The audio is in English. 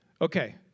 Okay